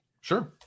Sure